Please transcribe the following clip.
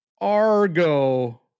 Argo